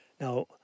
Now